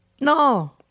no